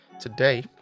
today